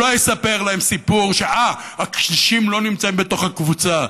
הוא לא יספר להם סיפור שהקשישים לא נמצאים בתוך הקבוצה.